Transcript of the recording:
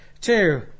two